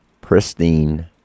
pristine